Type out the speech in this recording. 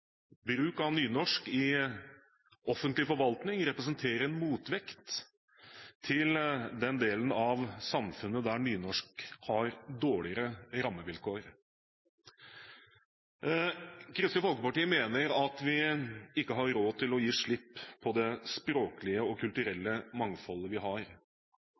Bruk av nynorsk i offentlig forvaltning representerer en motvekt til den delen av samfunnet der nynorsk har dårligere rammevilkår. Kristelig Folkeparti mener at vi ikke har råd til å gi slipp på det språklige og kulturelle mangfoldet vi har.